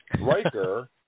Riker